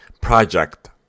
Project